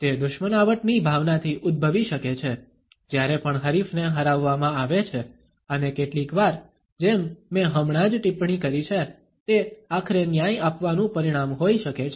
તે દુશ્મનાવટની ભાવનાથી ઉદ્ભવી શકે છે જ્યારે પણ હરીફને હરાવવામાં આવે છે અને કેટલીકવાર જેમ મેં હમણાં જ ટિપ્પણી કરી છે તે આખરે ન્યાય આપવાનું પરિણામ હોઈ શકે છે